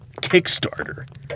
Kickstarter